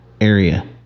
area